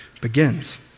begins